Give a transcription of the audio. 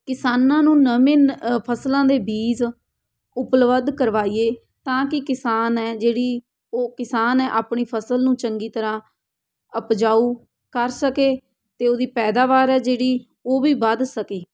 ਕਿਸਾਨਾਂ ਨੂੰ ਨਵੇਂ ਨ ਫਸਲਾਂ ਦੇ ਬੀਜ ਉਪਲਬਧ ਕਰਵਾਈਏ ਤਾਂ ਕਿ ਕਿਸਾਨ ਹੈ ਜਿਹੜੀ ਉਹ ਕਿਸਾਨ ਆਪਣੀ ਫਸਲ ਨੂੰ ਚੰਗੀ ਤਰ੍ਹਾਂ ਉਪਜਾਊ ਕਰ ਸਕੇ ਅਤੇ ਉਹਦੀ ਪੈਦਾਵਾਰ ਹੈ ਜਿਹੜੀ ਉਹ ਵੀ ਵੱਧ ਸਕੇ